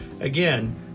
Again